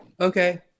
okay